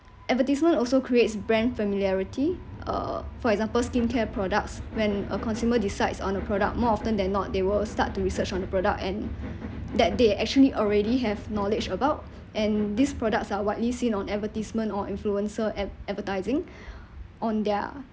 advertisement also creates brand familiarity uh for example skincare products when a consumer decides on a product more often than not they will start to research on the product and that they actually already have knowledge about and these products are widely seen on advertisement or influencer ad~ advertising on their